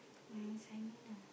my assignment ah